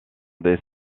des